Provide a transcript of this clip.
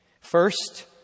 first